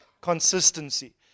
consistency